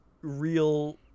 real